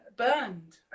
Burned